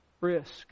Risk